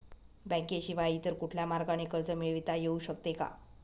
बँकेशिवाय इतर कुठल्या मार्गाने कर्ज मिळविता येऊ शकते का?